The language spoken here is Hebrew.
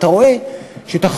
אתה רואה שתחרות